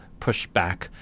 pushback